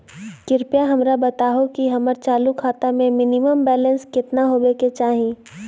कृपया हमरा बताहो कि हमर चालू खाता मे मिनिमम बैलेंस केतना होबे के चाही